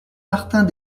martin